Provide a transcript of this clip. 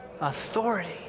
Authority